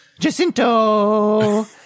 Jacinto